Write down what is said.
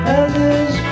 others